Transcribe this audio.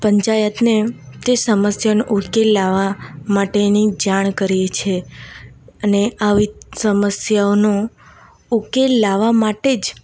પંચાયતને તે સમસ્યાનું ઉકેલ લાવવા માટેની જાણ કરીએ છીએ અને આવી સમસ્યાઓનું ઉકેલ લાવવા માટે જ